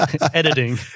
editing